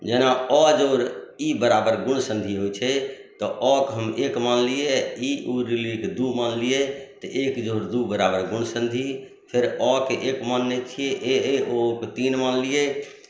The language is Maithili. जेना अ जोड़ इ बराबर गुण सन्धि होइत छै तऽ अ के हम एक मानलियै इ उ ऋ के दू मानलियै तऽ एक जोड़ दू बराबर गुण सन्धि फेर अ के एक मानने छियै ए ऐ ओ औ के तीन मानलियै